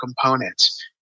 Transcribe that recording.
components